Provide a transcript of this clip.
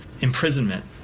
imprisonment